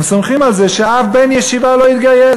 הם סומכים על זה שאף בן ישיבה לא יתגייס.